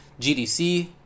GDC